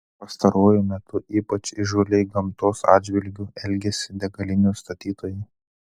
pastaruoju metu ypač įžūliai gamtos atžvilgiu elgiasi degalinių statytojai